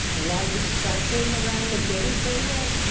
a lot of discussion around the dinner table?